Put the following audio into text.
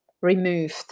removed